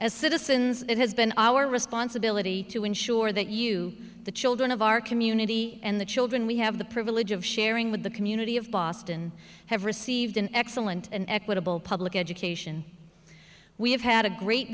as citizens it has been our responsibility to ensure that you the children of our community and the children we have the privilege of sharing with the community of boston have received an excellent an equitable public education we have had a great